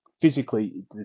physically